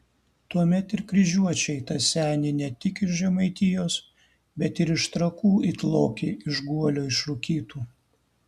tuomet ir kryžiuočiai tą senį ne tik iš žemaitijos bet ir iš trakų it lokį iš guolio išrūkytų